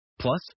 Plus